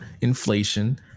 inflation